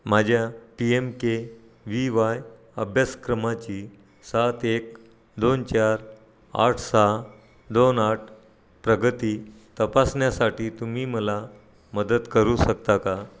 माझ्या P M K V Y अभ्यासक्रमाची सात एक दोन चार आठ सहा दोन आठ प्रगती तपासण्यासाठी तुम्ही मला मदत करू शकता का